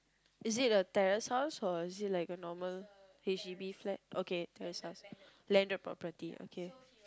is it a terrace house or is it like normal h_d_b flat okay terrace house landed property okay